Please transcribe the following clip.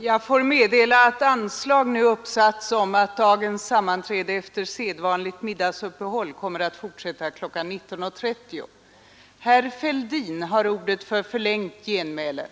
Jag får meddela att val av en fullmäktig jämte suppleant i riksbanken kommer att ske onsdagen den 12 december.